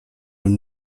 wohl